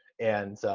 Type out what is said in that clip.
and